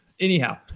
Anyhow